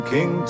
King